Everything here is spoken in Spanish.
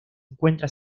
encuentra